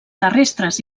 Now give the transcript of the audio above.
terrestres